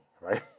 right